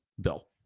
bill